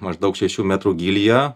maždaug šešių metrų gylyje